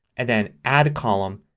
and then add a column.